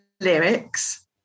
lyrics